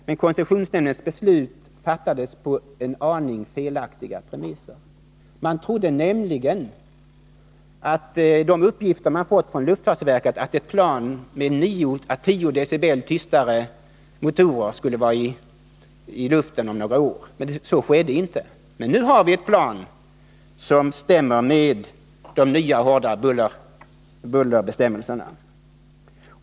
Men koncessionsnämndens beslut fattades på en aning felaktiga premisser. Nämnden trodde nämligen på de uppgifter man fått från luftfartsverket att ett plan med 9 å 10 decibel tystare motorer skulle vara i luften om några år. Så blev det emellertid inte. Men nu har vi ett plan som klarar de nya hårdare bullerbestämmelserna.